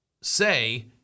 say